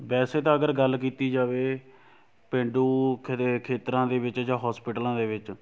ਵੈਸੇ ਤਾਂ ਅਗਰ ਗੱਲ ਕੀਤੀ ਜਾਵੇ ਪੇਂਡੂ ਖੇਤਰਾਂ ਦੇ ਵਿੱਚ ਜਾਂ ਹੋਸਪਿਟਲਾਂ ਦੇ ਵਿੱਚ